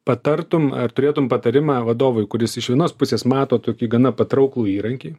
patartum ar turėtum patarimą vadovui kuris iš vienos pusės mato tokį gana patrauklų įrankį